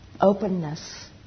openness